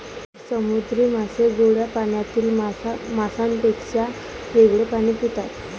समुद्री मासे गोड्या पाण्यातील माशांपेक्षा वेगळे पाणी पितात